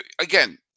Again